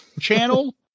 Channel